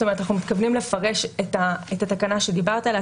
זאת אומרת אנחנו מתכוונים לפרש את התקנה שדיברת עליה,